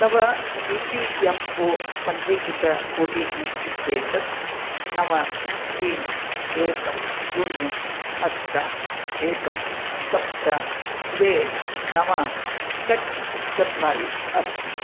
तव E P F O पञ्जीकृत O T P इत्येतत् नव त्रीणि एकम् शून्यं अष्ट एकम् सप्त द्वे नव षट् चत्वारि अस्ति